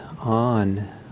on